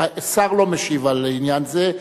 שר לא משיב על עניין זה.